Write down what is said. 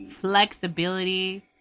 flexibility